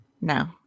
no